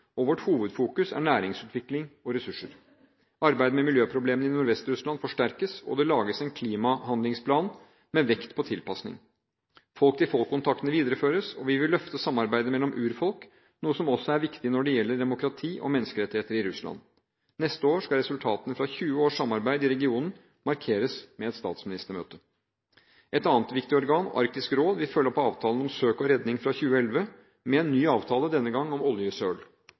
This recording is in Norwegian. og vårt hovedfokus er næringsutvikling og ressurser. Arbeidet med miljøproblemene i Nordvest-Russland forsterkes, og det lages en klimahandlingsplan med vekt på tilpasning. Folk-til-folk-kontaktene videreføres, og vi vil løfte samarbeidet mellom urfolk, noe som også er viktig når det gjelder demokrati og menneskerettigheter i Russland. Neste år skal resultatene fra 20 års samarbeid i regionen markeres med et statsministermøte. Et annet viktig organ, Arktisk råd, vil følge opp avtalen om søk og redning fra 2011 med en ny avtale, denne gang om oljesøl.